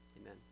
Amen